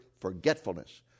forgetfulness